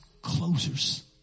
closers